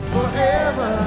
Forever